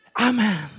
Amen